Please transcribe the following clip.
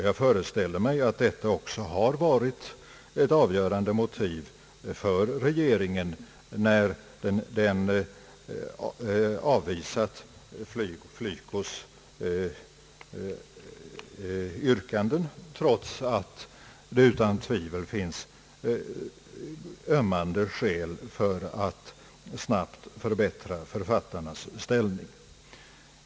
Jag föreställer mig att detta också har varit ett avgörande motiv för regeringen när den avvisat FLYCO:s yrkanden trots att det utan tvivel finns ömmande skäl för att snabbt förbättra författarnas ställning.